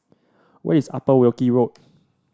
where is Upper Wilkie Road